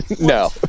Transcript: No